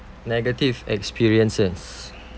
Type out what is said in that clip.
negative experiences